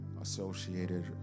Associated